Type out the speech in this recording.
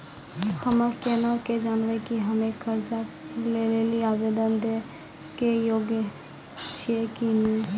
हम्मे केना के जानबै कि हम्मे कर्जा लै लेली आवेदन दै के योग्य छियै कि नै?